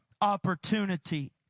opportunity